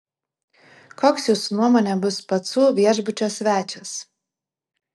koks jūsų nuomone bus pacų viešbučio svečias